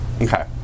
Okay